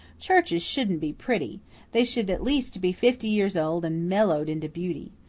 churches shouldn't be pretty they should at least be fifty years old and mellowed into beauty.